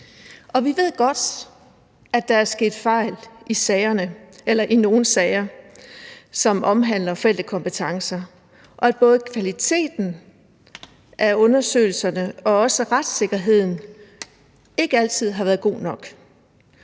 Vi ved godt, at der er sket fejl i nogle sager, som omhandler forældrekompetencer, og at både kvaliteten af undersøgelserne og også retssikkerheden ikke altid har været god nok.